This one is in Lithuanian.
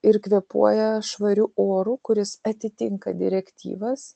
ir kvėpuoja švariu oru kuris atitinka direktyvas